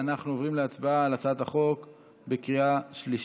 אנחנו עוברים להצבעה על הצעת החוק בקריאה שלישית.